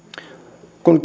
kun